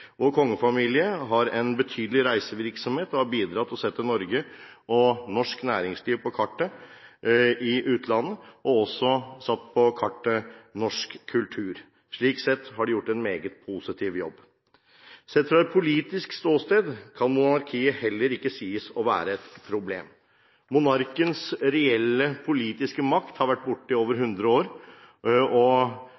Vår kongefamilie har en betydelig reisevirksomhet og har bidratt til å sette Norge, norsk kultur og norsk næringsliv på kartet i utlandet. Slik sett har de gjort en meget positiv jobb. Sett fra et politisk ståsted kan monarkiet heller ikke sies å være et problem. Monarkens reelle politiske makt har vært borte i over